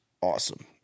awesome